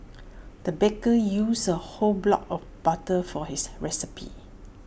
the baker used A whole block of butter for his recipe